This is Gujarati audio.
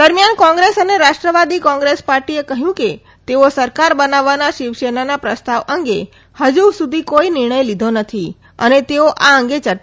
દરમિયાન કોંગ્રેસ અને રાષ્ટ્રવાદી કોંગ્રેસ પાર્ટીએ કહ્યું કે તેઓ સરકાર બનાવવા શિવસેનાના પ્રસ્તાવ અંગે ફજ સુધી કોઈ નિર્ણય લીધો નથી અને તેઓ આ અંગે યર્યા કરશે